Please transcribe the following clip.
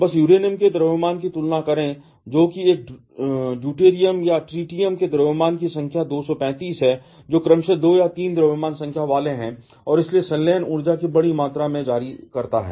बस युरेनियम के द्रव्यमान की तुलना करें जो कि एक ड्यूटेरियम या ट्रिटियम के द्रव्यमान की संख्या 235 है जो क्रमशः 2 या 3 की द्रव्यमान संख्या वाले हैं और इसलिए संलयन ऊर्जा की बड़ी मात्रा को जारी करता है